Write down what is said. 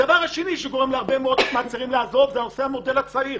הדבר השני שגורם להרבה מאוד מהצעירים לעזוב זה נושא המודל הצעיר,